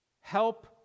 help